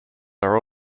are